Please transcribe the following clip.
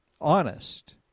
honest